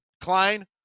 Klein